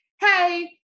Hey